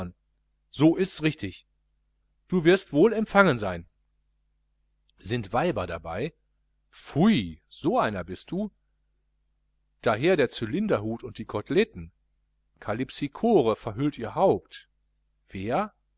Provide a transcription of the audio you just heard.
so ists richtig du wirst wohl empfangen sein sind weiber dabei pfui so einer bist du daher der cylinderhut und die koteletten kalipsichore verhüllt ihr haupt wer